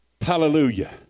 hallelujah